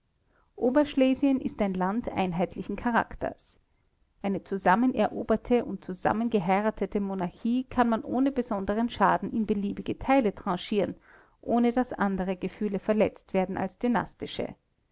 oberschlesien ist ein land einheitlichen charakters eine zusammeneroberte und zusammengeheiratete monarchie kann man ohne besondern schaden in beliebige teile tranchieren ohne daß andere gefühle verletzt werden als dynastische